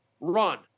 run